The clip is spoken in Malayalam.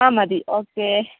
അം മതി ഓക്കേ